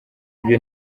ibyo